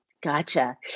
Gotcha